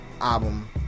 album